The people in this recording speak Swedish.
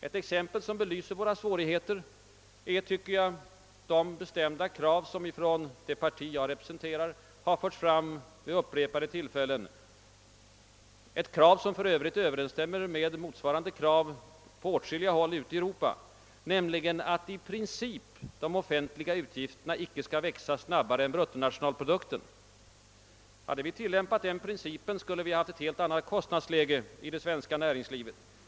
Ett exempel som belyser våra svårigheter är det bestämda krav som från det parti jag representerar har förts fram vid upprepade tillfällen, ett krav som för Övrigt överensstämmer med vad som yrkats på åtskilliga håll ute i Europa, nämligen att de offentliga utgifterna i princip inte skall växa snabbare än bruttonationalprodukten. Hade vi tillämpat den principen, skulle vi i dag ha haft ett helt annat kostnadsläge i det svenska näringslivet.